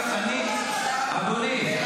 אדוני.